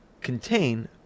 contain